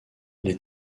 les